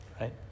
right